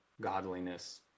godliness